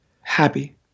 happy